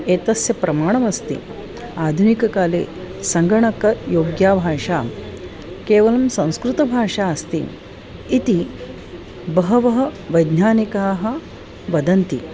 एतस्य प्रमाणमस्ति आधुनिककाले सङ्गणकयोग्या भाषा केवलं संस्कृतभाषा अस्ति इति बहवः वैज्ञानिकाः वदन्ति